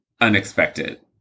unexpected